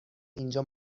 اینجا